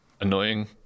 annoying